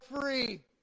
free